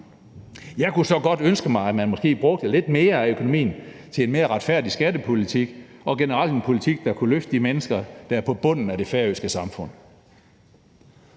Jeg kunne så godt ønske mig, at man måske brugte lidt mere af økonomien til en mere retfærdig skattepolitik og generelt en politik, der kunne løfte de mennesker, der er på bunden af det færøske samfund.